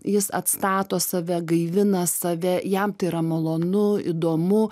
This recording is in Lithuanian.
jis atstato save gaivina save jam tai yra malonu įdomu